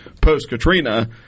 post-Katrina